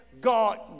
God